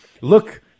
look